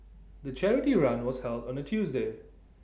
the charity run was held on A Tuesday